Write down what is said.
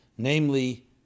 Namely